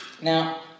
Now